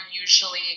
usually